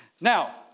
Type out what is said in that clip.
Now